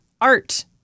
art